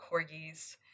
corgis